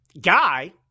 guy